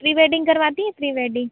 pre wedding करवाती हैं pre wedding